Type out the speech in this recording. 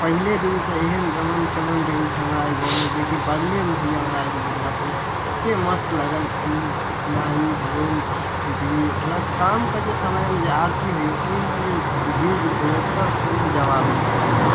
पहिले दिनसँ एहन रमन चमन रहै छै हमरा आरके गाँवमे जेकि बगलेमे होइए हमरा आरके दुर्गा पूजासँ एते मस्त लागल शहनाइ ढोल पिपही प्लस शामके समयमे जे आरती होइए ओइमे जे भीड़ जुटैए ओकर कोनो जबाब नहि कहल जाय